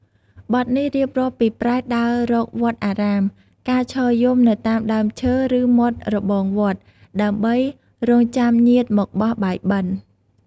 បទនេះរៀបរាប់ពីប្រេតដើររកវត្តអារាម ការឈរយំនៅតាមដើមឈើ ឬមាត់របងវត្ត ដើម្បីរង់ចាំញាតិមកបោះបាយបិណ្ឌ។